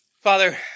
father